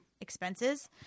expenses